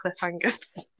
cliffhangers